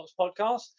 podcast